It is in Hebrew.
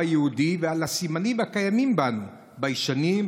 היהודי ואת הסימנים הקיימים בנו: ביישנים,